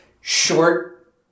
short